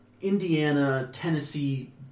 Indiana-Tennessee